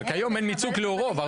כיום אין ייצוג לרוב.